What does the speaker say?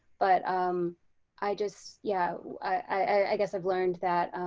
but um i just yeah i guess i've learned that